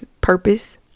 purpose